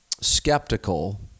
skeptical